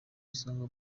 isonga